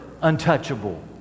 untouchable